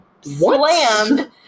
slammed